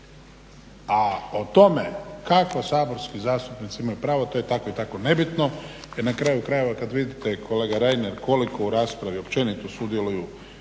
A o tome kako saborski zastupnici imaju pravo to je tako i tako nebitno jer na kraju krajeva kad vidite kolega Reiner koliko u raspravi općenito sudjeluju